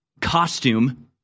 costume